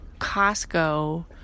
Costco